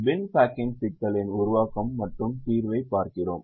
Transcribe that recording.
பின் packing சிக்கலின் உருவாக்கம் மற்றும் தீர்வைப் பார்க்கிறோம்